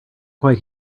quite